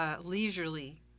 leisurely